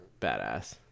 badass